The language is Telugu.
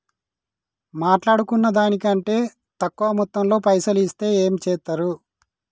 మాట్లాడుకున్న దాని కంటే తక్కువ మొత్తంలో పైసలు ఇస్తే ఏం చేత్తరు?